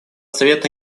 совета